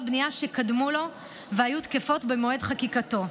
בנייה שקדמו לו והיו תקפות במועד חקיקתו.